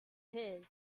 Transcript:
his